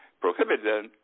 prohibited